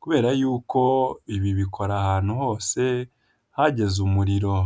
kubera yuko ibi bikora ahantu hose hageze umuriro.